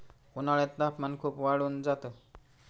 उन्हाळ्यात तापमान खूप वाढून जात